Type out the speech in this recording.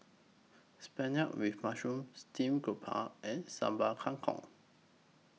with Mushroom Steamed Garoupa and Sambal Kangkong